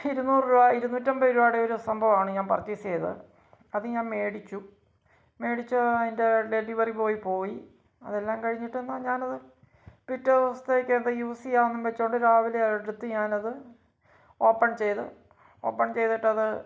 ഇരുന്നൂറ് രൂപ ഇരുന്നൂറ്റമ്പത് രൂപയുടെ ഒരു സംഭവമാണ് ഞാന് പര്ച്ചേസ് ചെയ്തത് അത് ഞാന് മേടിച്ചു മേടിച്ച് അതിന്റെ ഡെലിവറി ബോയി പോയി അതെല്ലാം കഴിഞ്ഞിട്ട് എന്നാൽ ഞാനത് പിറ്റേ ദിവസത്തേക്ക് അത് യുസ് ചെയ്യാം എന്ന് വെച്ചുകൊണ്ട് രാവിലെ എടുത്ത് ഞാനത് ഓപ്പണ് ചെയ്ത് ഓപ്പണ് ചെയ്തിട്ടത്